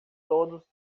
todos